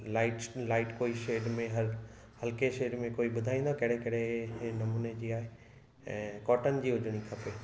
light light कोई shade में हल हल्के शेड में कोई ॿुधाईंदा कहिड़े कहिड़े नमूने जी आहे ऐं कॉर्टन जी हुजिणी खपे